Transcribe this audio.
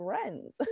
friends-